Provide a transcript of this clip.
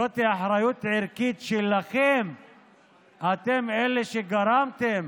זאת אחריות ערכית שלכם, אתם אלה שגרמתם